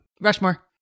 Rushmore